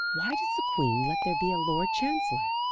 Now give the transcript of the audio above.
why does the queen let there be a lord chancellor?